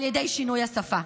על ידי שינוי השפה,